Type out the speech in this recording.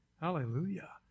Hallelujah